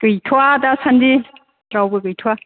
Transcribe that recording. गैथ'वा दा सान्दि रावबो गैथ'वा